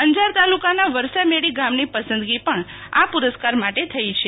અંજાર તાલુકાના વરસામેડી ગામ ની પસંદગી પણ આ પુરસ્કાર માટે થઈ છે